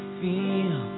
feel